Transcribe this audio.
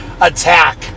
attack